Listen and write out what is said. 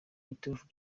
iturufu